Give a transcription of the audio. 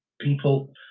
people